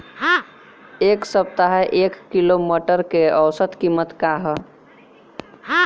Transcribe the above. एक सप्ताह एक किलोग्राम मटर के औसत कीमत का ह?